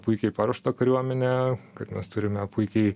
puikiai paruoštą kariuomenę kad mes turime puikiai